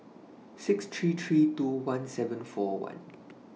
six three three two one seven four one